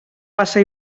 passa